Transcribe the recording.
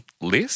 list